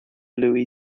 louie